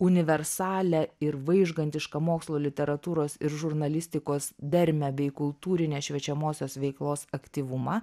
universalią ir vaižgantišką mokslo literatūros ir žurnalistikos dermę bei kultūrinės šviečiamosios veiklos aktyvumą